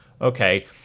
okay